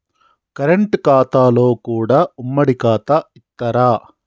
Current ఖాతాలో కూడా ఉమ్మడి ఖాతా ఇత్తరా?